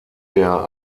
der